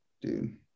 Dude